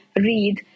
read